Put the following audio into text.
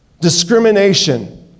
discrimination